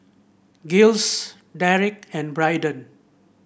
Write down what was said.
Giles Derek and Braiden